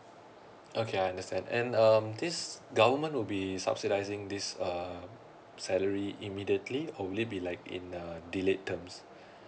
okay I understand and um this government would be subsidising this err salary immediately or would it be like in a delayed terms